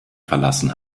verlassen